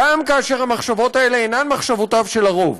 גם כאשר המחשבות האלה אינן מחשבותיו של הרוב,